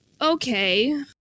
Okay